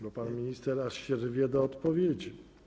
Bo pan minister aż się rwie do odpowiedzi.